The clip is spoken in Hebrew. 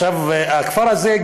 הכפר הזה,